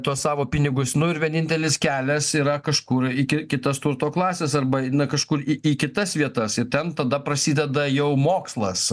tuos savo pinigus nu ir vienintelis kelias yra kažkur iki kitas turto klasės arba kažkur į į kitas vietas į ten tada prasideda jau mokslas